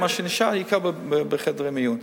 מה שנשאר יהיה בעיקר בחדרי מיון,